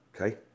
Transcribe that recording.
Okay